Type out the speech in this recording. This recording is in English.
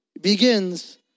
begins